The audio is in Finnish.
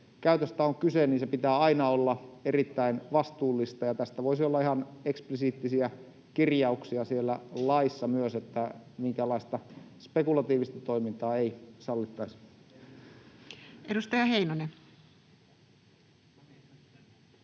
käytöstä on kyse, niin sen pitää aina olla erittäin vastuullista. Siitä voisi olla ihan eksplisiittisiä kirjauksia siellä laissa myös, että minkäänlaista spekulatiivista toimintaa ei sallittaisi. Edustaja Heinonen.